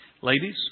Ladies